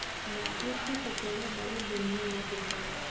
मछरी के पकौड़ी बड़ा बढ़िया लागेला